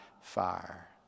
fire